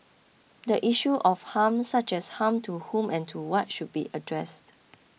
the issue of harm such as harm to whom and to what should be addressed